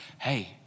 hey